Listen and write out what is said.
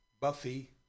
Buffy